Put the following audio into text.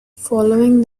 following